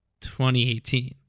2018